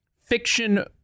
fiction